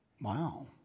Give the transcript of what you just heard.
Wow